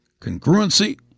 congruency